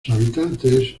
habitantes